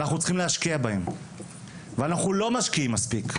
אנחנו צריכים להשקיע בהם ולא משקיעים מספיק.